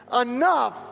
enough